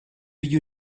you